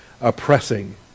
oppressing